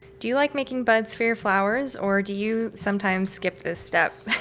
do you like making buds for your flowers or do you sometimes skip this step?